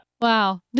Wow